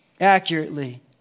accurately